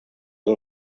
del